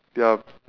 yup